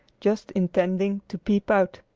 just intending to peep out.